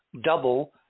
double